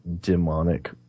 demonic